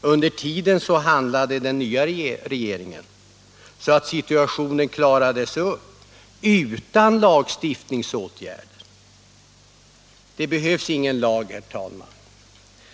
Under tiden handlade den nya regeringen, så att situationen klarades upp utan lagstiftningsåtgärder. Det behövs ingen lag, herr talman.